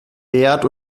wert